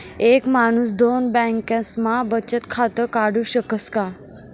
एक माणूस दोन बँकास्मा बचत खातं काढु शकस का?